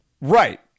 Right